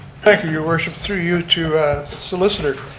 thank you, your worship. through you to the solicitor.